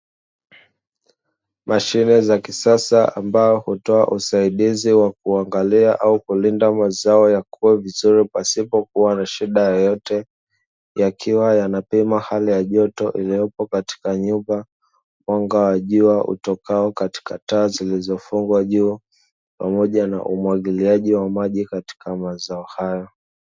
Mashine za kisasa ambazo hutoa usaidizi wa kuangalia au kulinda mazao yakuwe vizuri pasipokuwa na shida yoyote. Yakiwa yanapima hali ya joto iliyopo katika nyumba, mwanga wa jua utokao katika taa zilizofungwa juu, pamoja na umwagiliaji wa maji katika mazao hayo.